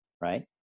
Right